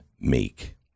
meek